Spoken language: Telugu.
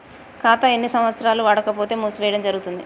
ఖాతా ఎన్ని సంవత్సరాలు వాడకపోతే మూసివేయడం జరుగుతుంది?